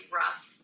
rough